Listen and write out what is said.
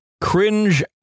Cringe